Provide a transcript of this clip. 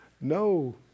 No